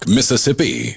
Mississippi